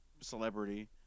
celebrity